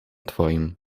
twoim